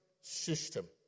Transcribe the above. system